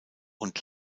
und